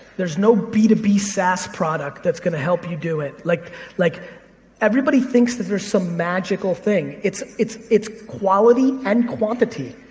there's no b two b saas product that's going to help you do it. like like everybody thinks that there's some magical thing. it's it's it's quality and quantity.